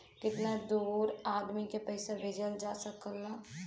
कितना दूर आदमी के पैसा भेजल जा सकला?